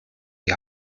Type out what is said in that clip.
die